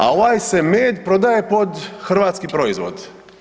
A ovaj se med prodaje pod hrvatski proizvod.